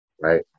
right